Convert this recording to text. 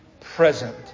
present